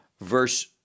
verse